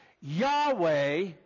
Yahweh